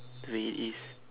really is